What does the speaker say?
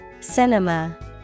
Cinema